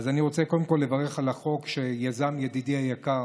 אז אני רוצה קודם כול לברך על החוק שיזם ידידי היקר